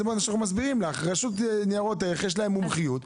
לרשות ניירות ערך יש מומחיות.